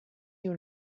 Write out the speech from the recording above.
you